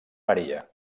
maria